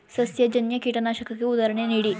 ಸಸ್ಯಜನ್ಯ ಕೀಟನಾಶಕಕ್ಕೆ ಉದಾಹರಣೆ ನೀಡಿ?